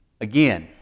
Again